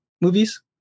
movies